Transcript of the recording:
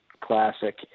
classic